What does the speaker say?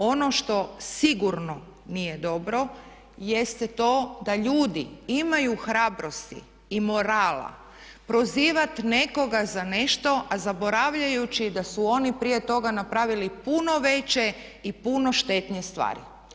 Ono što sigurno nije dobro jeste to da ljudi imaju hrabrosti i morala prozivati nekoga za nešto a zaboravljajući da su oni prije toga napravili puno veće i puno štetnije stvari.